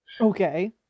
okay